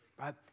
right